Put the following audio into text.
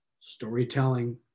storytelling